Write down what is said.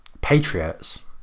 Patriots